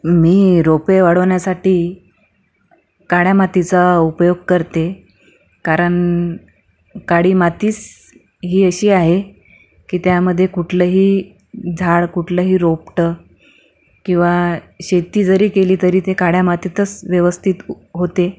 मी रोपे वाढवण्यासाठी काळ्या मातीचा उपयोग करते कारण काळी मातीस ही अशी आहे की त्यामध्ये कुठलंही झाड कुठलंही रोपटं किंवा शेती जरी केली तरी ते काळ्या मातीतस व्यवस्थित होते